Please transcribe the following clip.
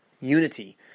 Unity